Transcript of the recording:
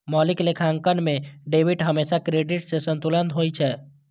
मौलिक लेखांकन मे डेबिट हमेशा क्रेडिट सं संतुलित होइ छै